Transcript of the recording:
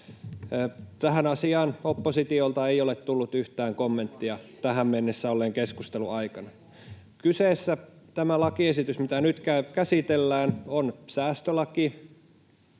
Tähän asiaan oppositiolta ei ole tullut yhtään kommenttia tähän mennessä olleen keskustelun aikana. Tämä lakiesitys, mitä nyt käsitellään, on säästölaki,